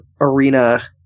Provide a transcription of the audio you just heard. arena